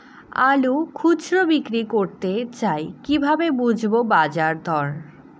আলু খুচরো বিক্রি করতে চাই কিভাবে বুঝবো বাজার দর?